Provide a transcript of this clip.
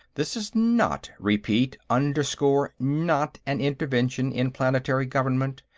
this is not, repeat, underscore, not an intervention in planetary government.